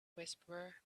whisperer